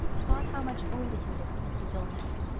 thought how much older he looked since his illness.